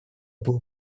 было